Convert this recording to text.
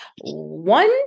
One